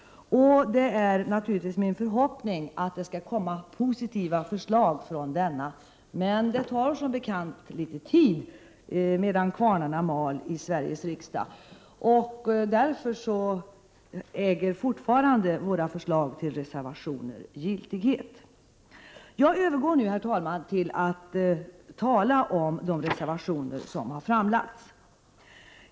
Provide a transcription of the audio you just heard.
Det är naturligtvis min förhoppning att det genom denna utredning skall komma fram positiva förslag. Men det tar som bekant litet tid för kvarnarna att mala i Sveriges riksdag, och därför äger fortfarande våra reservationer giltighet. Jag övergår nu till att tala om de reservationer som har framlagts.